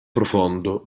profondo